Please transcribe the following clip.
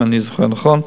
אם אני זוכר נכון.